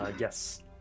Yes